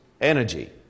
energy